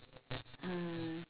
mm